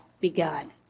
begun